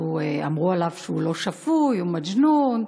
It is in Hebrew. אמרו עליו שהוא לא שפוי, הוא מג'נון,